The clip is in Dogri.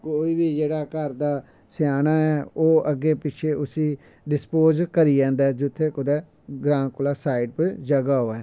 कोई बी जेह्ड़ा घर दा स्याना ऐ एह् उसी अग्गै पिच्छै डिसपोज़ करी आंदा ऐ जित्थै कुतै ग्रांऽ कोला साईड कोई जगा होऐ